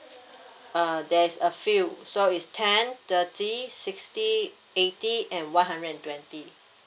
uh there's a few so it's ten thirty sixty eighty and one hundred and twenty